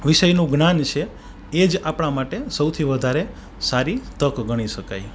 વિષયનું જ્ઞાન છે એ જ આપણા માટે સૌથી વધારે સારી તક ગણી શકાય